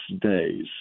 days